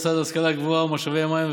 המשרד להשכלה גבוהה ולמשאבי מים,